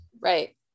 Right